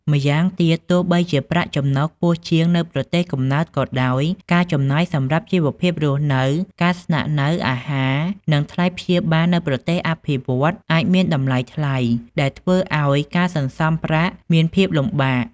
ម្យ៉ាងទៀត ទោះបីជាប្រាក់ចំណូលខ្ពស់ជាងនៅប្រទេសកំណើតក៏ដោយ ការចំណាយសម្រាប់ជីវភាពរស់នៅ ការស្នាក់នៅ អាហារ និងថ្លៃព្យាបាលនៅប្រទេសអភិវឌ្ឍន៍អាចមានតម្លៃថ្លៃ ដែលធ្វើឲ្យការសន្សំប្រាក់មានភាពលំបាក។